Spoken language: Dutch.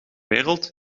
wereld